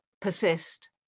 persist